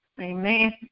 Amen